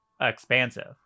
expansive